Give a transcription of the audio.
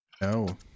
No